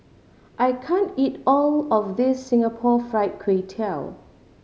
I can't eat all of this Singapore Fried Kway Tiao